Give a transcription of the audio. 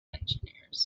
engineers